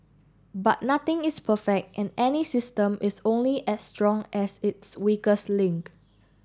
but nothing is perfect and any system is only as strong as its weakest link